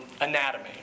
anatomy